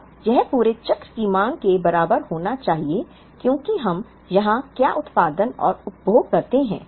अब यह पूरे चक्र की मांग के बराबर होना चाहिए क्योंकि हम यहां क्या उत्पादन और उपभोग करते हैं